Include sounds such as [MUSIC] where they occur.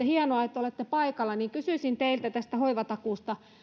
[UNINTELLIGIBLE] hienoa että olette paikalla kysyisin teiltä tästä hoivatakuusta